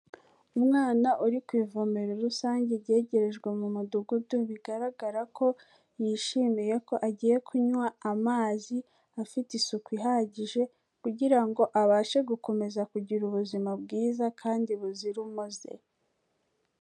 Umwana uri ku ivomero rusange ryegerejwe mu mudugudu, bigaragara ko yishimiye ko agiye kunywa amazi afite isuku ihagije kugira ngo abashe gukomeza kugira ubuzima bwiza kandi buzira umuze.